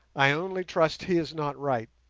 i only trust he is not right.